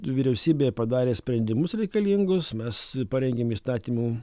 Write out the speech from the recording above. vyriausybė padarė sprendimus reikalingus mes parengėm įstatymų